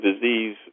disease